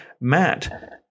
Matt